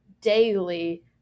daily